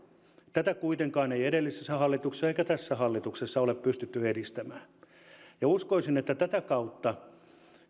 tätä kuitenkaan ei edellisessä hallituksessa eikä tässä hallituksessa ole pystytty edistämään uskoisin että tätä kautta